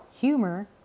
humor